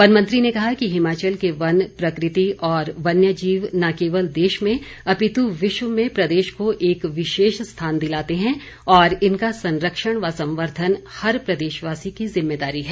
one मंत्री ने कहा कि हिमाचल के वन प्रकृति और वन्य जीव न केवल देश में अपितु विश्व में प्रदेश को एक विशेष स्थान दिलाते हैं और इनका संरक्षण व संवर्धन हर प्रदेशवासी की जिम्मेदारी है